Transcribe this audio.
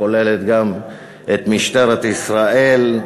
שכוללת גם את משטרת ישראל,